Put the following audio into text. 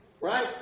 right